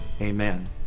amen